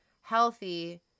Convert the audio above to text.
healthy